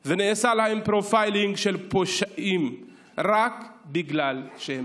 ונעשה להם פרופיילינג של פושעים רק בגלל שהם שחורים.